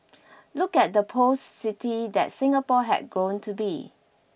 look at the post city that Singapore had grown to be